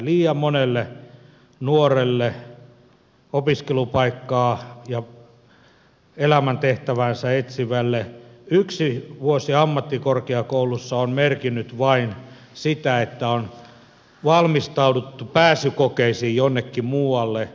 liian monelle nuorelle opiskelupaikkaa ja elämäntehtäväänsä etsivälle yksi vuosi ammattikorkeakoulussa on merkinnyt vain sitä että on valmistauduttu pääsykokeisiin jonnekin muualle